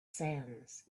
sands